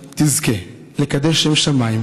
תזכה לקדש שם שמיים,